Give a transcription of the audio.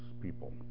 people